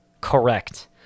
Correct